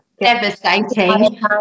Devastating